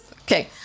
okay